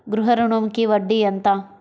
గృహ ఋణంకి వడ్డీ ఎంత?